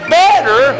better